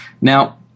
Now